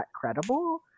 credible